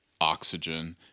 oxygen